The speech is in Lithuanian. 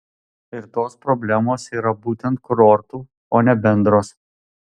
ir tos problemos yra būtent kurortų o ne bendros